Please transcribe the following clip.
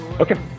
Okay